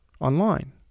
online